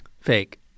Fake